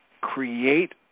create